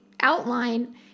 outline